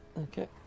Okay